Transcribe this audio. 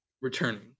returning